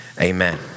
amen